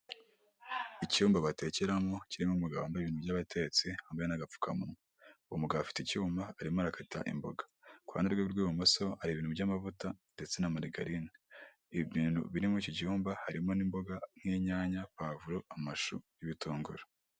Aba ni abantu benshi bari ahantu hamwe bisa nkaho bari mu nama bicaye ku ntebe z'umweru yiganjemo abagore ndetse n'abagabo urabona ko ari ibintu byiza cyane bari mu nzu isize amabara y'icyatsi.